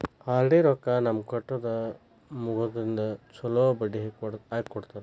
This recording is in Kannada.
ಆರ್.ಡಿ ರೊಕ್ಕಾ ನಮ್ದ ಕಟ್ಟುದ ಮುಗದಿಂದ ಚೊಲೋ ಬಡ್ಡಿ ಹಾಕ್ಕೊಡ್ತಾರ